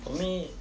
for me